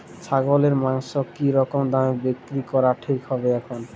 ছাগলের মাংস কী রকম দামে বিক্রি করা ঠিক হবে এখন?